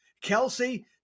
Kelsey